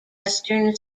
western